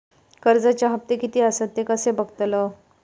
कर्जच्या हप्ते किती आसत ते कसे बगतलव?